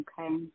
Okay